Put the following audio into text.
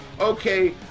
okay